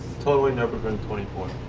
totally nurburgring twenty four.